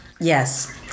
yes